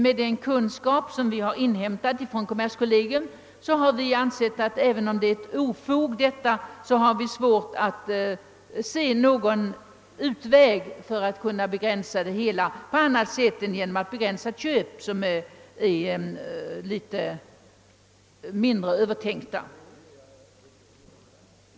Med den kunskap som vi inhämtat från kommerskollegium har vi ansett att även om vissa inkassofirmor bedriver sin verksamhet under otrevliga former är det svårt att finna någon utväg för att kunna begränsa denna på annat sätt än genom att begränsa köp som är mindre väl övertänkta.